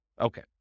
Okay